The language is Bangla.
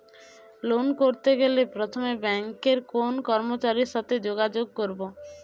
লোন করতে গেলে প্রথমে ব্যাঙ্কের কোন কর্মচারীর সাথে যোগাযোগ করব?